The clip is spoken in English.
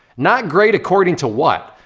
not great, according to what?